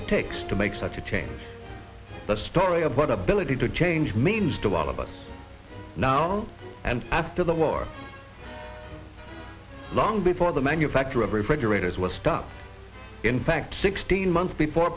it takes to make such a change a story about ability to change means to all of us now and after the war long before the manufacture of refrigerators was stopped in fact sixteen months before